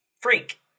Freak